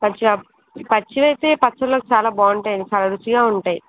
పచ్చివా పచ్చివయితే పచ్చడిలోకి చాలా బాగుంటాయి చాలా రుచిగా ఉంటాయి